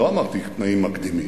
לא אמרתי תנאים מקדימים.